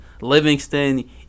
Livingston